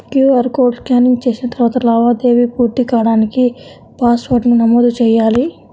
QR code scanning చేసిన తరువాత లావాదేవీ పూర్తి కాడానికి పాస్వర్డ్ను నమోదు చెయ్యాలి